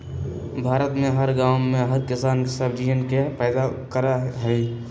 भारत में हर गांव में हर किसान हरा सब्जियन के पैदा करा हई